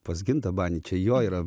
pas gintą banį čia jo yra